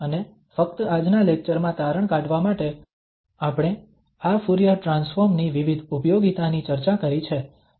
અને ફક્ત આજના લેક્ચરમાં તારણ કાઢવા માટે આપણે આ ફુરીયર ટ્રાન્સફોર્મ ની વિવિધ ઉપયોગિતાની ચર્ચા કરી છે